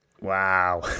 Wow